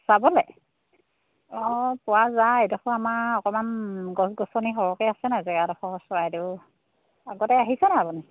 চাবলৈ অঁ পোৱা যায় এইডোখৰ আমাৰ অকণমান গছ গছনি সৰহকৈ আছে নাই জেগাডোখৰ চৰাইদেউ আগতে আহিছে নাই আপুনি